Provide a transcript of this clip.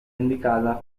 indicata